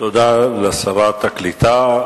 תודה לשרת הקליטה.